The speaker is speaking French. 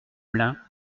blein